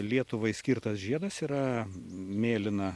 lietuvai skirtas žiedas yra mėlyna